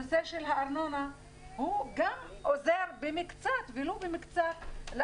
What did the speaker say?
הנושא של הארנונה גם עוזר, ולו במקצת, לאנשים,